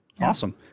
awesome